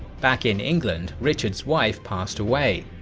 back in england, richard's wife passed away,